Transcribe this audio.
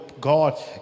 god